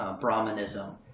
Brahmanism